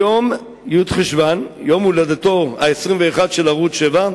היום י' בחשוון, יום הולדתו ה-21 של ערוץ-7.